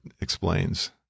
explains